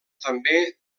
també